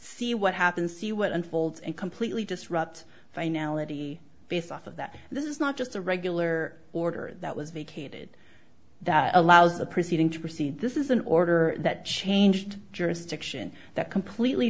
see what happens see what unfolds and completely disrupt finality based off of that this is not just a regular order that was vacated that allows the proceeding to proceed this is an order that changed jurisdiction that completely